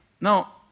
Now